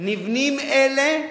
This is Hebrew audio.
נבנים אלה,